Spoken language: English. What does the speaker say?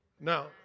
Now